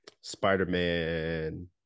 Spider-Man